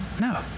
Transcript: No